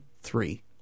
three